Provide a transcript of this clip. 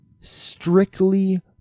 strictly